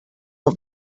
all